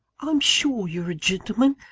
i'm sure you're a gentleman.